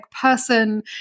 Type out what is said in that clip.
person